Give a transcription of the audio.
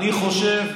אני חושב,